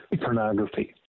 pornography